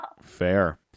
fair